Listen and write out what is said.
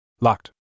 Locked